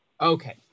Okay